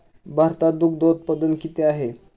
भारतात दुग्धउत्पादन किती होते?